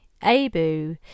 Abu